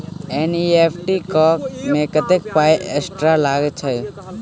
NEFT करऽ मे कत्तेक पाई एक्स्ट्रा लागई छई?